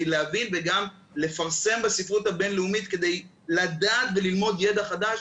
להבין וגם לפרסם בספרות הבין-לאומית כדי לדעת וללמוד ידע חדש,